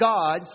God